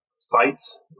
sites